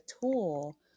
tool